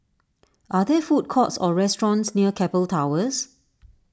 are there food courts or restaurants near Keppel Towers